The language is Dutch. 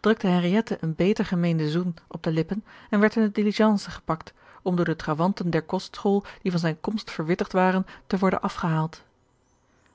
drukte henriëtte een beter gemeenden zoen op de lippen en werd in de diligence gepakt om door de trawanten der kostschool die van zijne komst verwittigd waren te worden afgehaald